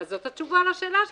אז זאת התשובה לשאלה שלך.